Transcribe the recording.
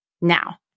Now